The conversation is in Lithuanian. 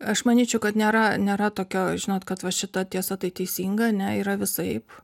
aš manyčiau kad nėra nėra tokio žinot kad va šita tiesa tai teisinga ane yra visaip